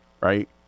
Right